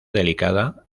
delicada